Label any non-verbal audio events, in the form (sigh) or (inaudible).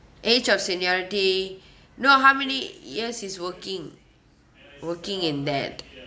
age of seniority (breath) know how many years is working working in that